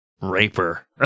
Raper